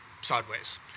sideways